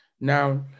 Now